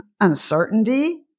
uncertainty